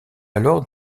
alors